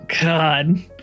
god